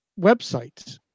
websites